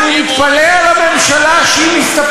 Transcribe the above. הוא עמד כאן כמה פעמים, אדוני,